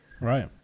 Right